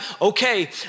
okay